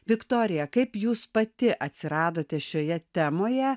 viktorija kaip jūs pati atsiradote šioje temoje